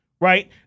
right